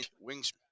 wings